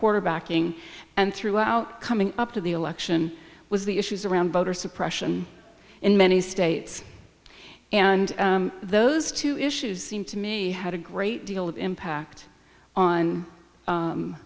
quarterbacking and throughout coming up to the election was the issues around voter suppression in many states and those two issues seem to me had a great deal of impact on